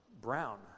brown